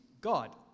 God